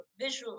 visually